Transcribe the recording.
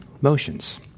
motions